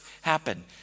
happen